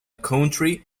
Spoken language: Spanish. country